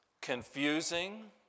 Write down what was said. confusing